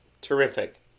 terrific